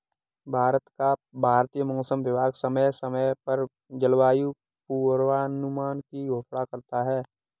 भारत का भारतीय मौसम विभाग समय समय पर जलवायु पूर्वानुमान की घोषणा करता है